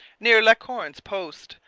near la corne's post,